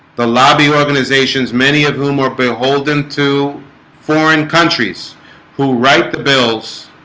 the lobby organizations many of whom are beholden to foreign countries who write the bills